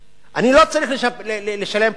אני לא צריך לשלם פעמיים,